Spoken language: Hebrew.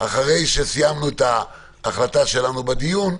אחרי שסיימנו את ההחלטה שלנו בדיון,